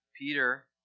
Peter